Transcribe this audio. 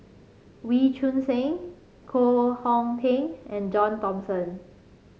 Wee Choon Seng Koh Hong Teng and John Thomson